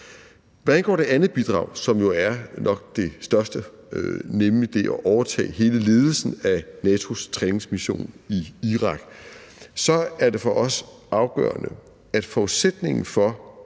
Hvad angår det andet bidrag, som jo nok er det største, nemlig det at overtage hele ledelsen af NATO's træningsmission i Irak, er det for os afgørende, at forudsætningen for